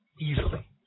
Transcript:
easily